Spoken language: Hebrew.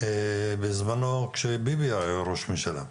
בזמנו כשביבי היה ראש ממשלה,